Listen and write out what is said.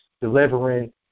delivering